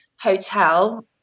hotel